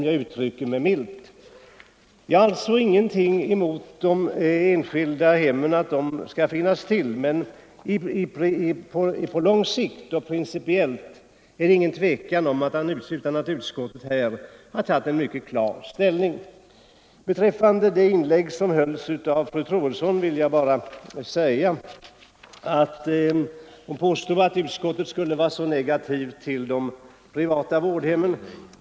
Jag har alltså inte någonting emot de enskilda hemmens existens, men på lång sikt och principiellt är det inget tvivel om att utskottet gjort ett mycket klart ställningstagande i detta avseende. Fru Troedsson påstod i sitt inlägg att utskottet skulle vara negativt inställt till de privata vårdhemmen.